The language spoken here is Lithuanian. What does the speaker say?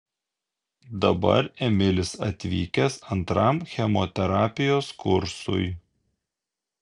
dabar emilis atvykęs antram chemoterapijos kursui